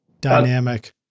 dynamic